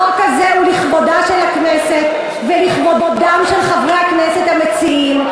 החוק הזה הוא לכבודה של הכנסת ולכבודם של חברי הכנסת המציעים,